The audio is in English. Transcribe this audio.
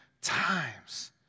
times